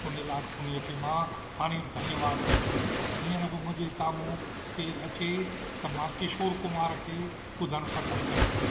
उन जे लाइ उन्हीअ खे मां हाणे धन्यवाद ॾींदुसि हींअर बि मुंहिंजे साम्हूं केरु अचे त मां किशोर कुमार खे ॿुधणु पसंदि कनि कंदुसि